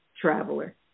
traveler